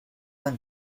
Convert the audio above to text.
and